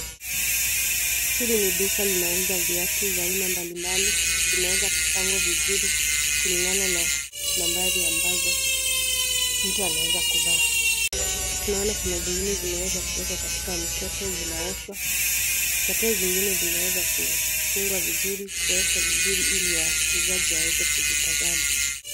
Hili ni duka linauza viatu za aina mbalimbali, zimeweza kupangwa vizuri kulingana na nambari ambazo mtu anaweza kuvaa. Tunaona kunazingine zimeweza kuwekwa katika mkebe zinaoshwa na pia zingine zimeweza kufungwa vizuri kuwekwa vizuri iliwauzaji waweze kuzitazama.